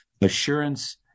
assurance